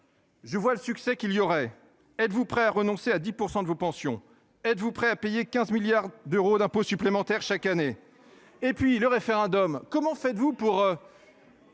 Je vois le succès qu'il y aurait, êtes-vous prêt à renoncer à 10% de vos pensions. Êtes-vous prêt à payer 15 milliards d'euros d'impôts supplémentaires chaque année. Et puis le référendum. Comment faites-vous pour.